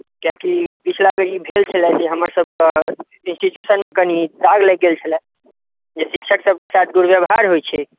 कियेकी पिछला बेर ई भेल छलै जे हमर सभके इंस्टीच्युशनमे कनी दाग लागि गेल छलए जे शिक्षकसभके साथ दुर्वव्यवहार होइत छै